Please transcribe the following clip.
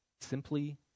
simply